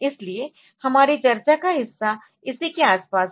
इसलिए हमारी चर्चा का हिस्सा इसी के आसपास है